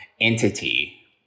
entity